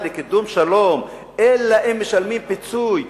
לקידום שלום אלא אם משלמים פיצוי,